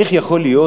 איך יכול להיות,